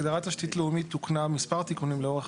הגדרת תשתית לאומית תוקנה מספר תיקונים לאורך